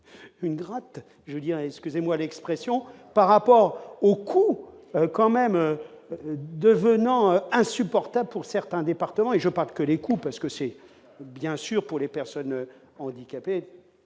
une gratte, je dirais, excusez-moi l'expression, par rapport au coût quand même devenant insupportable pour certains départements et je pense que les coûts parce que c'est bien sûr pour les personnes handicapées,